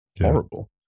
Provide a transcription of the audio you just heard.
horrible